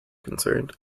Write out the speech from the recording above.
concerned